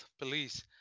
police